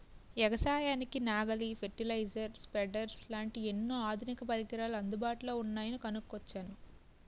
ఎగసాయానికి నాగలి, fertiliser, spreaders లాంటి ఎన్నో ఆధునిక పరికరాలు అందుబాటులో ఉన్నాయని కొనుక్కొచ్చాను